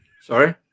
Sorry